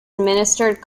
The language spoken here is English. administered